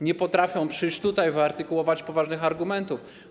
Nie potrafią przyjść tutaj, wyartykułować poważnych argumentów.